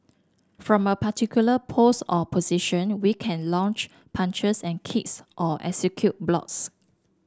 from a particular pose or position we can launch punches and kicks or execute blocks